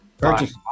right